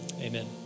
Amen